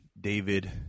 David